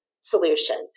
solution